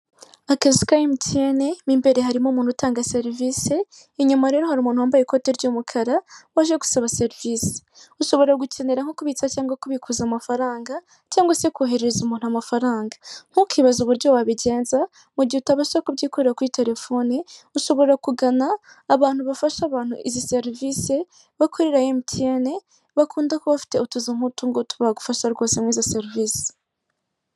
Akazu ka Emutiyene mo imbere harimo umuntu utanga serivisi inyuma rero hari umuntu wambaye ikote ry'umukara waje gusaba serivisi. Ushobora gukenera nko kubitsa cyangwa kubikuza amafaranga, cyangwa se koherereza umuntu amafaranga, ntukibaze uburyo wabigenza mu gihe utabasha kubyikorera kuri telefoni, ushobora kugana abantu bafasha abantu izi serivisi bakorera Emutiyene bakunda kuba bafite utuzu nk'utungutu bagufasha mu izo serivisi.